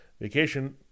vacation